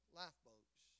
lifeboats